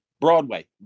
Broadway